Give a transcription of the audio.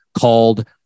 called